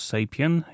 Sapien